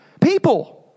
people